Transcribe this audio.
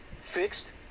fixed